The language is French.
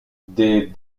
des